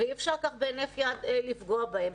ואי-אפשר כך בהינף יד לפגוע בהם.